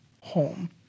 home